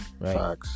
right